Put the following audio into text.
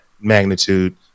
magnitude